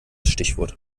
stichwort